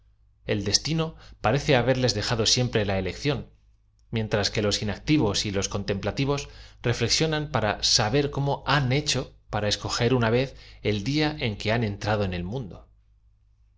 l destino parece haberles dejado aiempre la elección mientras que los inactivos y los contemplativos reflexionan para sa ber cómo han hecho para escoger una vez e l dia en que han entrado en el mundo